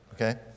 Okay